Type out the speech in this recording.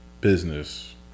business